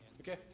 Okay